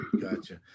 Gotcha